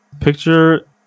Picture